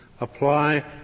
apply